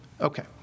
Okay